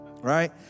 right